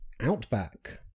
Outback